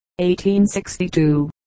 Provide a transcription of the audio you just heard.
1862